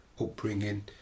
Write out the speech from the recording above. upbringing